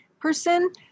person